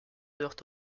heurtent